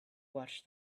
watched